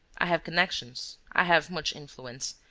i have connections. i have much influence.